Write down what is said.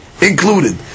included